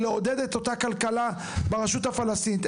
היא לעודד את אותה כלכלה ברשות הפלסטינית,